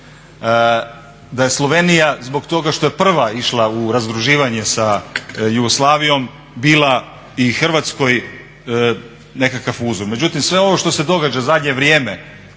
da je Slovenija zbog toga što je prva išla u razdruživanje sa Jugoslavijom bila i Hrvatskoj nekakav uzor, međutim sve ovo što se događa zadnje vrijeme